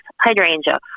hydrangea